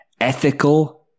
Ethical